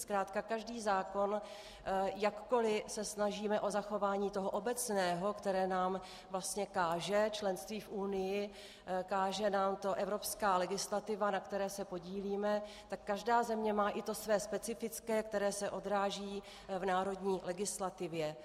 Zkrátka každý zákon, jakkoliv se snažíme o zachování toho obecného, které nám vlastně káže členství v Unii, káže nám to evropská legislativa, na které se podílíme, tak každá země má i to své specifické, které se odráží v národní legislativě.